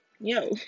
yo